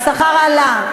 השכר עלה.